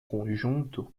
conjunto